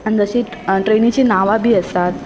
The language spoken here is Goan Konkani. आनी जशीं ट्रेनीचीं नांवां बी आसात